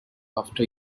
after